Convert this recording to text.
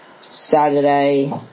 Saturday